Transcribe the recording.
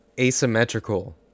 asymmetrical